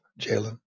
Jalen